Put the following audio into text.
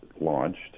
launched